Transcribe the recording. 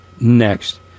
next